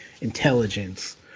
intelligence